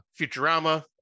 Futurama